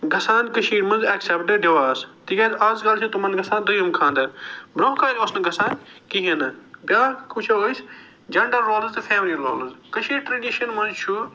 گژھان کٔشیٖرِ منٛز اٮ۪کسٮ۪پٹ ڈِوٲرس تِکیٛازِ آز کل چھِ تِمن گژھان دوٚیِم خانٛدر برٛونٛہہ کالہِ اوس نہٕ گَژھان کِہیٖنۍ نہٕ بیٛاکھ وٕچھو أسۍ جنٛڈر رولٕز تہٕ فیملی رولٕز کٔشیٖرِ ٹرٛٮ۪ڈِشن منٛز چھُ